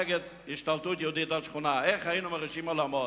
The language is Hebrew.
נגד 'השתלטות יהודית' על שכונה: איך היינו מרעישים עולמות.